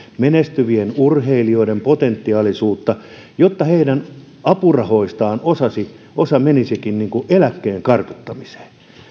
menestyvien urheilijoiden potentiaalisuutta jotta heidän apurahoistaan osa menisikin eläkkeen kartuttamiseen